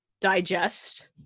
digest